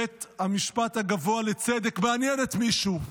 בית המשפט הגבוה לצדק, מעניינת מישהו.